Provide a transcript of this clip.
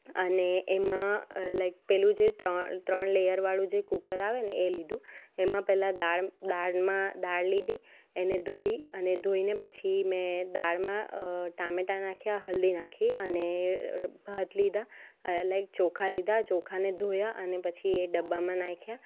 અને એમાં લાઇક પેલું જે ત્ર ત્રણ લેયરવાળું જે કૂકર આવેને એ લીધું એમાં પહેલાં દાળ દાળમાં દાળ લીધી એને ધોઈ અને ધોઈને પછી મેં દાળમાં ટામેટા નાખ્યા હલ્દી નાખી અને ભાત લીધા લાઇક ચોખા લીધા ચોખાને ધોયા અને પછી એ ડબ્બામાં નાખ્યા